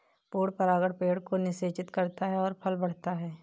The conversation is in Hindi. पूर्ण परागण पेड़ को निषेचित करता है और फल बढ़ता है